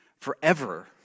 forever